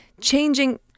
changing